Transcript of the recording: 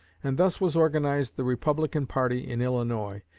and thus was organized the republican party in illinois,